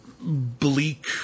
Bleak